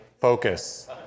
focus